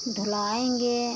धुलाएँगे